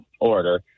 order